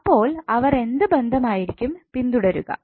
അപ്പോൾ അവർ എന്ത് ബന്ധമായിരിക്കും പിന്തുടരുക